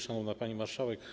Szanowna Pani Marszałek!